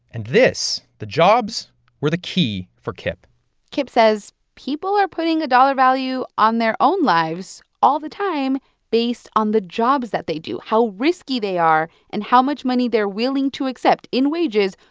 and this the jobs were the key for kip kip says, people are putting a dollar value on their own lives all the time based on the jobs that they do. how risky they are, and how much money they're willing to accept, in wages,